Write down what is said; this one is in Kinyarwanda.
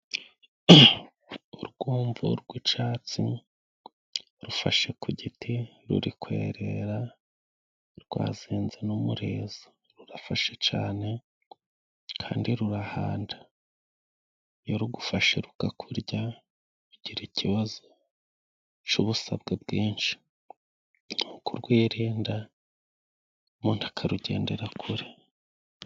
Urwumvu rw'icyatsi rufashe ku giti, ruri kwerera rwazinze n'umurizo, rurafashe cyane kandi rurahanda, iyo rugufashe rukakurya ugira ikibazo. Icyo uba usabwa akenshi, ni ukurwirinda umuntu akarugendera kure.